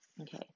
Okay